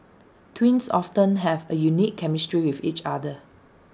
twins often have A unique chemistry with each other